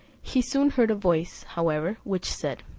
he soon heard a voice, however, which said,